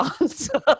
answer